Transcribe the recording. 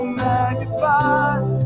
magnified